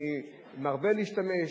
אני מרבה להשתמש,